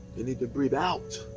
they need to breathe out